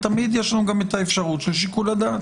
תמיד יש לנו את האפשרות של שיקול הדעת.